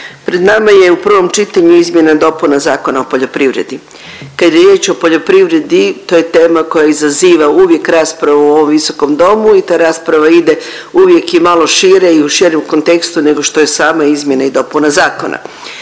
Pred nama je u prvom čitanju izmjena i dopuna Zakona o poljoprivredi. Kad je riječ o poljoprivredi to je tema koja izaziva uvijek raspravu u ovom Visokom domu i ta rasprava ide uvijek i malo šire i u širem kontekstu nego što je sama izmjena i dopuna zakona.